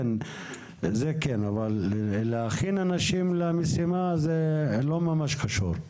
אבל להכין אנשים למשימה זה לא ממש קשור.